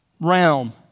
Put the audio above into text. realm